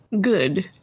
Good